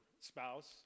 spouse